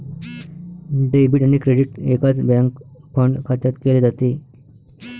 debit आणि credit एकाच bank fund खात्यात केले जाते